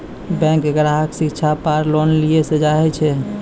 Bank ग्राहक शिक्षा पार लोन लियेल चाहे ते?